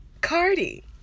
Cardi